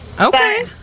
Okay